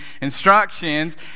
instructions